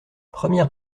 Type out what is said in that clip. première